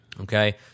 okay